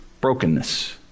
Brokenness